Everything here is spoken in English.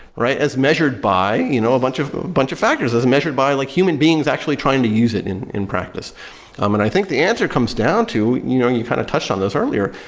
right? as measured by you know a bunch of bunch of factors, as a measured by like human beings actually trying to use it in in practice um and i think the answer comes down to and you know you kind of touched on this earlier,